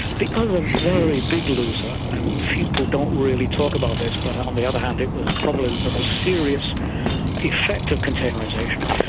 the other very big loser, and people don't really talk about this but on the other hand it was probably the most serious effect of containerisation,